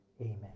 amen